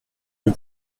rue